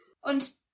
Und